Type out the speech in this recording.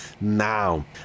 now